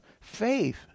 faith